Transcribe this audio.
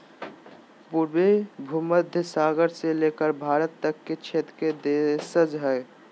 पूर्वी भूमध्य सागर से लेकर भारत तक के क्षेत्र के देशज हइ